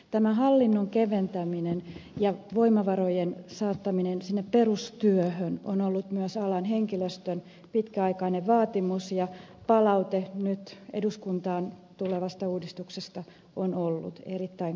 tämä hallinnon keventäminen ja voimavarojen saattaminen sinne perustyöhön on ollut myös alan henkilöstön pitkäaikainen vaatimus ja palaute nyt eduskuntaan tulevasta uudistuksesta on ollut erittäin kannustavaa